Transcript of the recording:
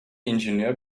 ingenieur